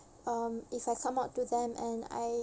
um if I come out to them and I